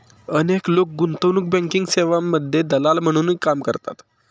अनेक लोक गुंतवणूक बँकिंग सेवांमध्ये दलाल म्हणूनही काम करतात